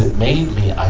made me, i